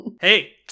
Hey